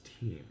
team